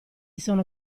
sono